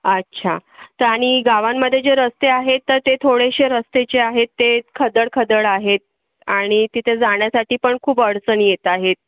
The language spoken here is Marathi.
अच्छा तर आणि गावांमध्ये जे रस्ते आहेत तर ते थोडेसे रस्ते जे आहेत ते खदड खदड आहेत आणि तिथे जाण्यासाठी पण खूप अडचणी येत आहेत